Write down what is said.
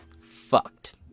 Fucked